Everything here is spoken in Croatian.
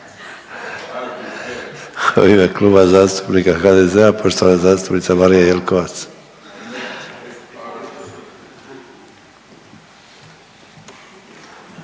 Hvala